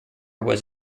was